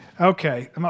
Okay